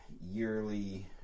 yearly